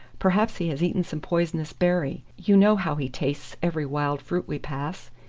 perhaps he has eaten some poisonous berry. you know how he tastes every wild fruit we pass.